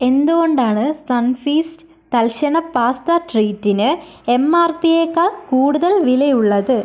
എന്തുകൊണ്ടാണ് സൺഫീസ്റ്റ് തൽക്ഷണ പാസ്ത ട്രീറ്റിന് എം ആർ പി യെക്കാൾ കൂടുതൽ വിലയുള്ളത്